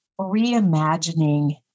reimagining